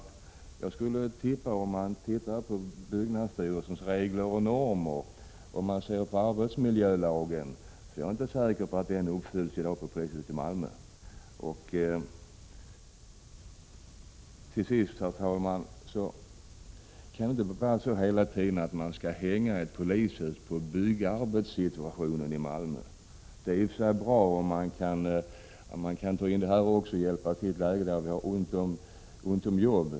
Jag är inte säker på att kraven i byggnadsstyrelsens normer och i arbetsmiljölagen uppfylls när det gäller polishuset i Malmö i dag. Herr talman! Det kan inte få vara så att man skall hänga upp byggandet av ett polishus i Malmö på byggarbetssituationen. Det är i och för sig bra om man kan hjälpa till i lägen där vi har ont om jobb.